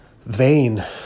Vain